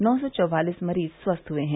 नौ सौ चौवालीस मरीज स्वस्थ हए हैं